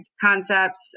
concepts